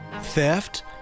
theft